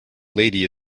lady